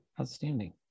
Outstanding